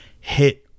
hit